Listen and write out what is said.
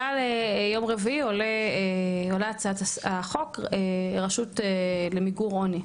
ביום רביעי עולה הצעת חוק הרשות למיגור עוני.